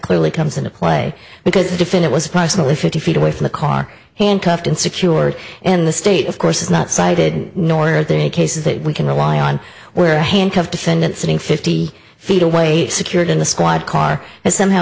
clearly comes into play because the definit was approximately fifty feet away from the car handcuffed and secured in the state of course is not cited nor are there any cases that we can rely on where handcuffed defendant sitting fifty feet away secured in the squad car and somehow